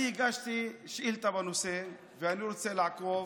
אני הגשתי שאילתה בנושא, ואני רוצה לעקוב.